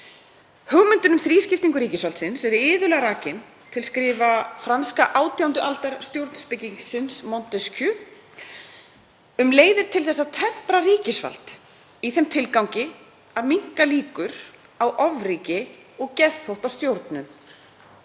Hugmyndin um þrískiptingu ríkisvaldsins er iðulega rakin til skrifa franska 18. aldar stjórnspekingsins Montesquieu um leiðir til að tempra ríkisvald í þeim tilgangi að minnka líkur á ofríki og geðþóttastjórnun.